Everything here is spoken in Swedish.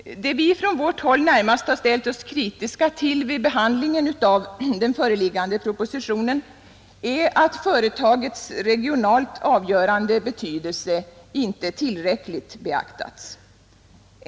Det vi från vårt håll närmast ställt oss kritiska till vid behandlingen av föreliggande proposition är att företagets regionalt avgörande betydelse inte tillräckligt beaktats.